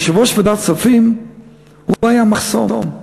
יושב-ראש ועדת הכספים היה מחסום.